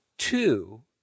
Two